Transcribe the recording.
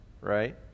right